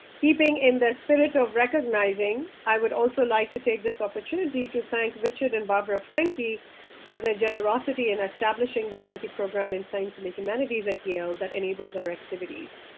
keeping in the spirit of recognizing, i would also like to take this opportunity to thank richard and barbara franke for the generosity in establishing the franke program in science and the humanities at yale that enables our activities.